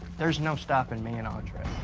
there's no stopping me and andre.